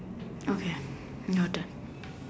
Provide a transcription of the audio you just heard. okay noted